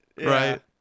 Right